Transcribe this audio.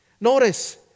Notice